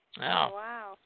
Wow